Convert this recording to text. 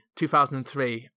2003